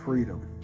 Freedom